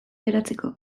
geratzeko